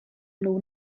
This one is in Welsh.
nhw